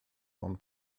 one